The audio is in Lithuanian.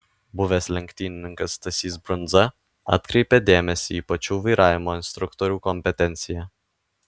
buvęs lenktynininkas stasys brundza atkreipia dėmesį į pačių vairavimo instruktorių kompetenciją